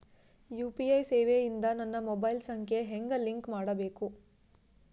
UPI ಸೇವೆ ಇಂದ ನನ್ನ ಮೊಬೈಲ್ ಸಂಖ್ಯೆ ಹೆಂಗ್ ಲಿಂಕ್ ಮಾಡಬೇಕು?